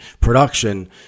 production